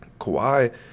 Kawhi